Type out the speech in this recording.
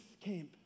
camp